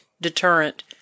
deterrent